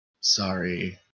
sorry